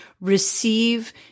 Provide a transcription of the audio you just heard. receive